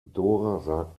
dora